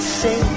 say